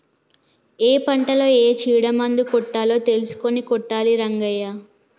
ఏ పంటలో ఏ చీడ మందు కొట్టాలో తెలుసుకొని కొట్టాలి రంగయ్య